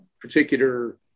particular